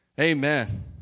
Amen